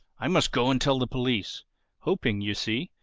i must go and tell the police' hoping, you see,